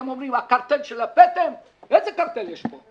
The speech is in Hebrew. אתם אומרים: הקרטל של הפטם, איזה קרטל יש פה?